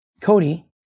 Cody